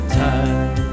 time